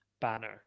banner